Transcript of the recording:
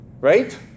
right